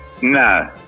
No